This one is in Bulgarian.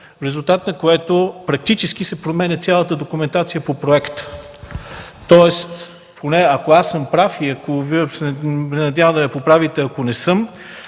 резултат на което практически се променя цялата документация по проекта? Тоест ако аз съм прав – надявам се да ме поправите, ако не съм,